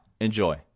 Enjoy